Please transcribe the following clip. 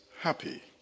happy